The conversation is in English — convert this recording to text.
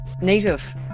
native